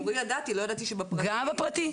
לא ידעתי שגם בפרטי.